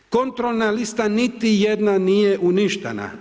Kontrolna lista niti jedna nije uništena.